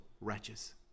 wretches